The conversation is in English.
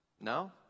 No